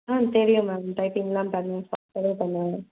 ஆ தெரியும் மேம் டைப்பிங்கெல்லாம் பண்ணி பக்காவாக பண்ணுவேன்